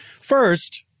First